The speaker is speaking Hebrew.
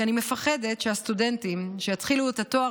ואני מפחדת שהסטודנטים שיתחילו את התואר